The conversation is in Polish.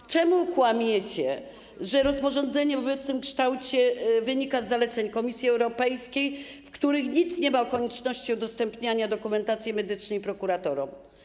Dlaczego kłamiecie, że rozporządzenie w obecnym kształcie wynika z zaleceń Komisji Europejskiej, w których nic nie ma o konieczności udostępniania dokumentacji medycznej prokuratorom?